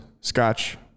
Scotch